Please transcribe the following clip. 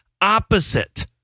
Opposite